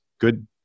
Good